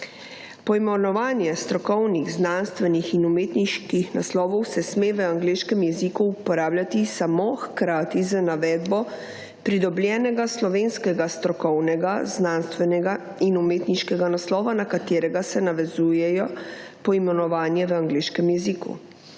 Poimenovanje strokovnih, znanstvenih in umetniških naslovov se sme v angleškem jeziku uporabljati sam hkrati z navedbo pridobljenega slovenskega strokovnega, znanstvenega in umetniškega naslova na katerega se navezujejo poimenovanje v angleškem jeziku.